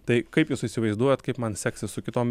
tai kaip jūs įsivaizduojat kaip man seksis su kitom